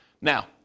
Now